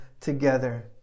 together